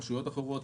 עם רשויות אחרות,